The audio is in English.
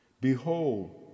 Behold